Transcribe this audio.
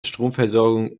stromversorgung